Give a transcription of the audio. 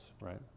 right